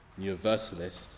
universalist